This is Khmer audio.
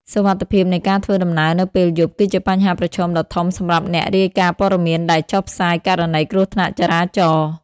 សុវត្ថិភាពនៃការធ្វើដំណើរនៅពេលយប់ គឺជាបញ្ហាប្រឈមដ៏ធំសម្រាប់អ្នករាយការណ៍ព័ត៌មានដែលចុះផ្សាយករណីគ្រោះថ្នាក់ចរាចរណ៍។